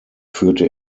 führte